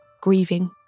grieving